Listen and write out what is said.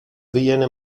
viene